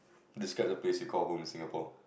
describe the place you call home in Singapore